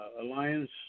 Alliance